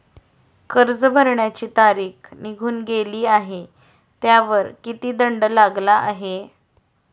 कर्ज भरण्याची तारीख निघून गेली आहे त्यावर किती दंड लागला आहे?